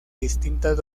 distintas